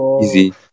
Easy